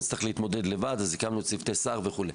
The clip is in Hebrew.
נצטרך להתמודד לבד, אז הקמנו צוותי סע"ר וכו'.